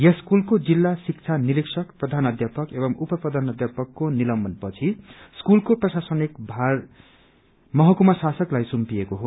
यस स्कूलको जिल्ला शिक्षा निरिक्षक प्रधानाध्यापक अनि उप प्रधानाध्यापकको निलम्बन पछि स्कूलको प्रशासनिक भार सुम्पिएको हो